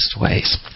ways